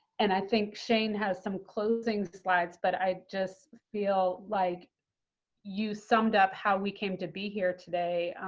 and i think shane has some closing slides, but i just feel like you summed up how we came to be here today,